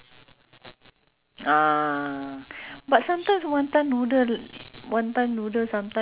or sometimes go got jemputan right ah so seldom we eat outside during lunch time